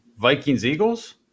Vikings-Eagles